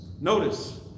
Notice